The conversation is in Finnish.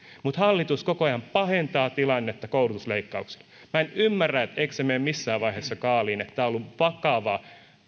mutta hallitus koko ajan pahentaa tilannetta koulutusleikkauksilla minä en ymmärrä eikö se mene missään vaiheessa kaaliin että tämä on ollut vakava